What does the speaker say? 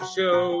Show